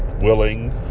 willing